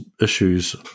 issues